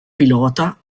pilota